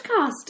podcast